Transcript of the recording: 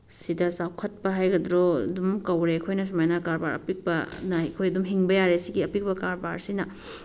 ꯁꯤꯗ ꯆꯥꯎꯈꯠꯄ ꯍꯥꯏꯒꯗ꯭ꯔꯣ ꯑꯗꯨꯝ ꯀꯧꯔꯦ ꯑꯩꯈꯣꯏꯅ ꯁꯨꯃꯥꯏꯅ ꯀꯔꯕꯥꯔ ꯑꯄꯤꯛꯄꯅ ꯑꯩꯈꯣꯏ ꯑꯗꯨꯝ ꯍꯤꯡꯕ ꯌꯥꯔꯦ ꯁꯤꯒꯤ ꯑꯄꯤꯛꯄ ꯀꯔꯕꯥꯔꯁꯤꯅ